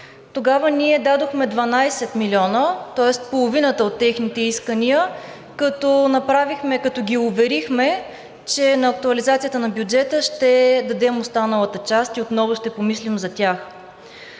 Тогава ние дадохме 12 милиона, тоест половината от техните искания, като ги уверихме, че на актуализацията на бюджета ще дадем останалата част и отново ще помислим за тях.